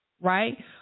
right